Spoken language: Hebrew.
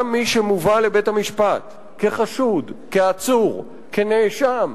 גם מי שמובל לבית-המשפט כחשוד, כעצור, כנאשם,